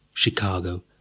Chicago